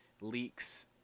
leaks